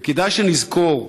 וכדאי שנזכור: